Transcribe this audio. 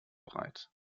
bereit